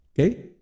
Okay